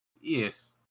Yes